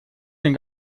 den